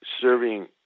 serving